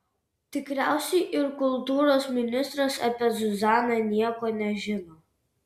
tikriausiai ir kultūros ministras apie zuzaną nieko nežino